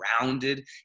rounded